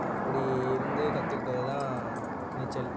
அப்படி இருந்து கற்றுக்கிட்டது தான் நீச்சல்